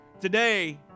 today